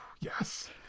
Yes